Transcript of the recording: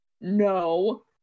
no